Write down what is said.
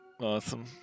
Awesome